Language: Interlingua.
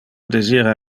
desira